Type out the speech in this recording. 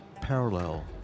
parallel